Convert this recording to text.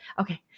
Okay